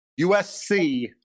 USC